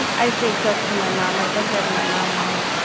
and i still talk to my mom. i just have my mom ah away